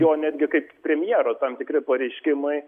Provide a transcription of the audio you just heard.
jo netgi kaip premjero tam tikri pareiškimai